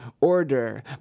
order